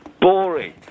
Boring